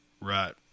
Right